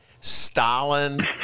Stalin